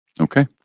Okay